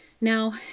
Now